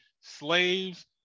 Slaves